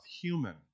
human